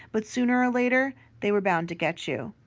but sooner or later they were bound to get you.